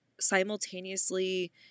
simultaneously